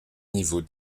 niveau